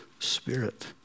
spirit